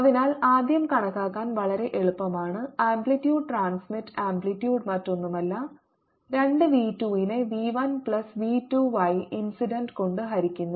അതിനാൽ ആദ്യം കണക്കാക്കാൻ വളരെ എളുപ്പമാണ് ആംപ്ലിറ്റ്യൂഡ് ട്രാൻസ്മിറ്റ് ആംപ്ലിറ്റ്യൂഡ് മറ്റൊന്നുമല്ല 2 v 2 നെ v 1 plus v 2 y incident കൊണ്ട് ഹരിക്കുന്നു